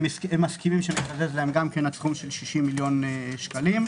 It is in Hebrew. הם מסכימים שנקזז להם עד סכום של 60 מיליון שקלים.